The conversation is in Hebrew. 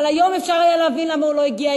אבל היום אפשר להבין למה הוא לא הגיע.